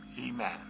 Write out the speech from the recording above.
amen